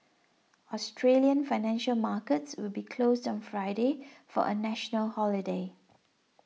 Australian financial markets will be closed on Friday for a national holiday